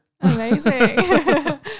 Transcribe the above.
amazing